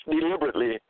deliberately